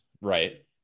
right